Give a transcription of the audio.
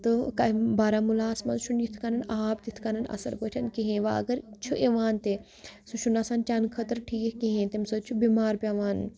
تہٕ کَمہِ بارہمولاہَس منٛز چھُنہٕ یِتھ کَنَن آب تِتھ کَنَن اَصٕل پٲٹھۍ کِہیٖنۍ وَ اگر چھُ یِوان تہِ سُہ چھِنہٕ آسان چٮ۪نہٕ خٲطر ٹھیٖک کِہیٖنۍ تَمہِ سۭتۍ چھُ بیٚمار پیٚوان